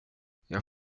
jag